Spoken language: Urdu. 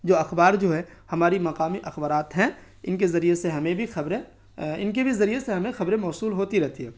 جو اخبار جو ہے ہماری مقامی اخبارات ہیں ان کے ذریعے سے ہمیں بھی خبریں ان کے بھی ذریعے سے ہمیں خبریں موصول ہوتی رہتی ہے